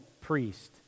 priest